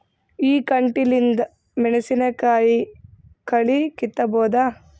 ಈ ಕಂಟಿಲಿಂದ ಮೆಣಸಿನಕಾಯಿ ಕಳಿ ಕಿತ್ತಬೋದ?